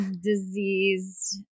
Diseased